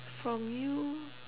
from you